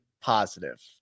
positive